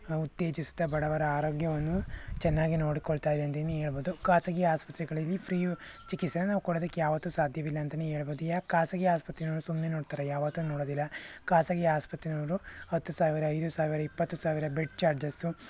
ಉತ್ತೇಜಿಸುತ್ತಾ ಬಡವರ ಆರೋಗ್ಯವನ್ನು ಚೆನ್ನಾಗಿ ನೋಡ್ಕೊಳ್ತಾಯಿದೆ ಅಂತಲೇ ಹೇಳ್ಬೋದು ಖಾಸಗಿ ಆಸ್ಪತ್ರೆಗಲ್ಲಿ ಫ್ರೀ ಚಿಕಿತ್ಸೆಯನ್ನು ನಾವು ಕೊಡೋದಕ್ಕೆ ಯಾವತ್ತೂ ಸಾಧ್ಯವಿಲ್ಲ ಅಂತಲೇ ಹೇಳ್ಬೋದು ಯಾ ಖಾಸಗಿ ಆಸ್ಪತ್ರೆಗಳನ್ನು ಸುಮ್ಮನೆ ನೋಡ್ತಾರೆ ಯಾವತ್ತೂ ನೋಡೋದಿಲ್ಲ ಖಾಸಗಿ ಆಸ್ಪತ್ರೆಯವರು ಹತ್ತು ಸಾವಿರ ಐದು ಸಾವಿರ ಇಪ್ಪತ್ತು ಸಾವಿರ ಬೆಡ್ ಚಾರ್ಜಸ್ಸು